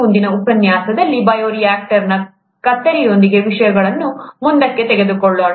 ಮುಂದಿನ ಉಪನ್ಯಾಸದಲ್ಲಿ ಬಯೋರಿಯಾಕ್ಟರ್ನ ಕತ್ತರಿಯೊಂದಿಗೆ ವಿಷಯಗಳನ್ನು ಮುಂದಕ್ಕೆ ತೆಗೆದುಕೊಳ್ಳೋಣ